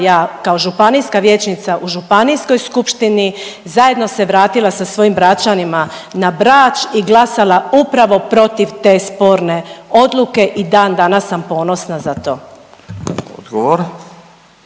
ja kao županijska vijećnica u županijskoj skupštini zajedno se vratila sa svojim Bračanima na Brač i glasala upravo protiv te sporne odluke i dan danas sam ponosna za to. **Radin,